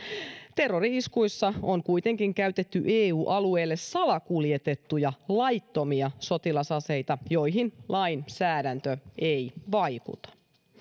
terrori iskuissa on kuitenkin käytetty eu alueelle salakuljetettuja laittomia sotilasaseita joihin lainsäädäntö ei vaikuta